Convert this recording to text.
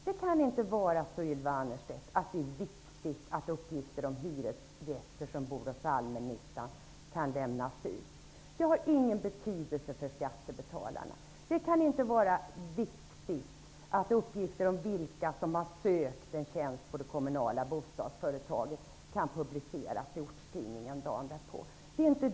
Det kan inte vara viktigt, Ylva Annerstedt, att uppgifter om hyresgäster som bor i allmännyttan kan lämnas ut. Det har ingen betydelse för skattebetalarna. Det kan inte vara viktigt att uppgifter om vilka som har sökt en tjänst hos det kommunala bostadsföretaget kan publiceras i ortstidningen dagen därpå.